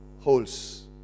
holes